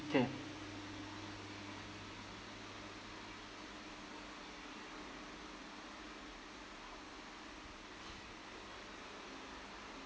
kay